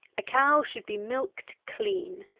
a cow should be milked clean.